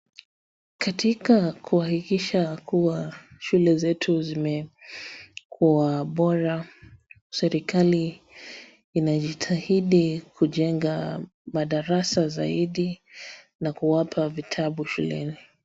Katika kuhakikisha kuwa shule zetu zimekuwa bora serikali inajitahidi kujenga madarasa zaidi na kuwapa vitabu shuleni.